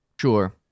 sure